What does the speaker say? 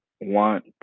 want